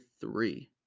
three